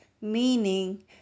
Meaning